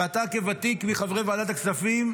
ואתה, כוותיק מחברי ועדת הכספים,